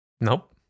Nope